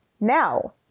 now